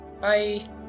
Bye